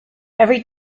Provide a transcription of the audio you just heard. every